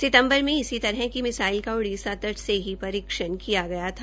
सितम्बर में इसी तरह की मिसाइल का ओडिसा तट से ही परीक्षण किया गया था